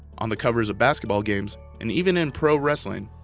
on the covers of basketball games, and even in pro wrestling,